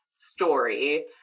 story